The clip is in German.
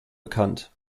bekannt